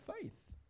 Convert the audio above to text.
faith